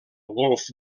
golf